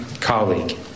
colleague